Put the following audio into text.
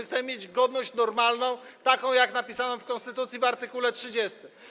Chcemy mieć godność normalną, taką jak napisano w konstytucji w art. 30.